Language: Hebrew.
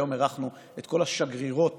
היום אירחנו את כל השגרירות